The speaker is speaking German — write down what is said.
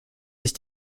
sich